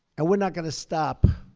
and we're not going to stop